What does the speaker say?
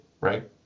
right